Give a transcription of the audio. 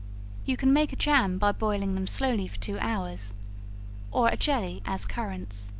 you can make a jam by boiling them slowly for two hours or a jelly as currants.